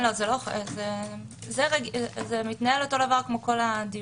זה מתנהל אותו דבר כמו כל הדיונים,